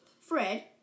Fred